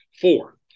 four